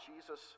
Jesus